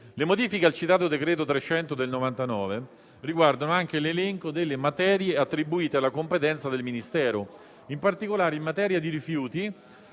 Le modifiche al citato decreto legislativo riguardano anche l'elenco delle materie attribuite alla competenza del Ministero. In particolare, in materia di rifiuti,